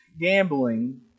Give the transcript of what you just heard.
gambling